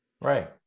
Right